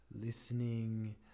listening